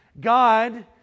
God